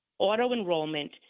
auto-enrollment